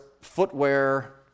footwear